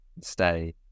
stay